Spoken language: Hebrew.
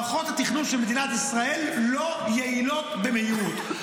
מערכות התכנון של מדינת ישראל לא יעילות במהירות,